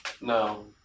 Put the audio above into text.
No